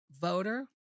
voter